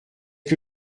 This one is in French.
que